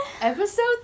Episode